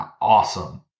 awesome